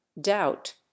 doubt